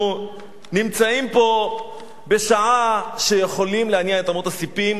אנחנו נמצאים פה בשעה שיכולים להניע את אמות הספים.